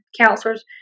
counselors